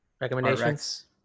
recommendations